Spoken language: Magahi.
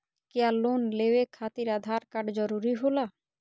क्या लोन लेवे खातिर आधार कार्ड जरूरी होला?